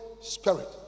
Spirit